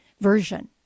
version